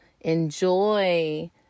enjoy